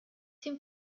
dem